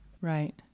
Right